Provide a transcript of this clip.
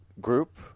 group